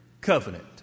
covenant